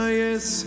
yes